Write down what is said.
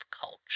culture